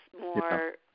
more